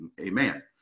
amen